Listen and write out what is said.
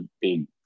big